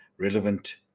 relevant